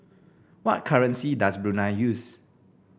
what currency does Brunei use